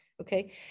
okay